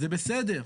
זה בסדר,